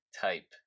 type